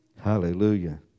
Hallelujah